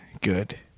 good